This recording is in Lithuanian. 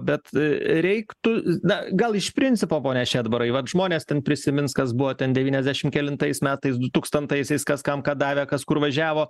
bet reiktų na gal iš principo pone šedbarai vat žmonės ten prisimins kas buvo ten devyniasdešim kelintais metais du tūkstantaisiais kas kam ką davė kas kur važiavo